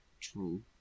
True